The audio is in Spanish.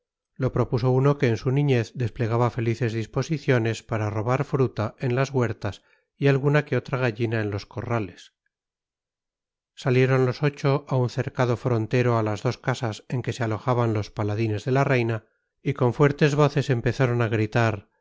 lo propuso uno que en su niñez desplegaba felices disposiciones para robar fruta en las huertas y alguna que otra gallina en los corrales salieron los ocho a un cercado frontero a las dos casas en que se alojaban los paladines de la reina y con fuertes voces empezaron a gritar